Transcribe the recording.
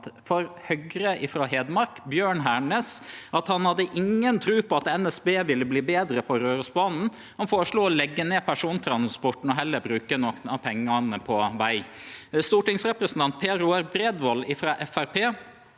for Høgre frå Hedmark, Bjørn Hernæs, at han ikkje hadde noka tru på at NSB ville bli betre på Rørosbanen. Han føreslo å leggje ned persontransporten og heller bruke nokre av pengane på veg. Stortingsrepresentant Per Roar Bredvold frå